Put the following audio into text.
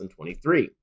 2023